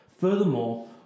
Furthermore